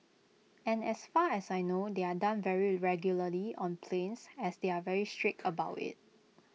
and as far as I know they are done very regularly on planes as they are very strict about IT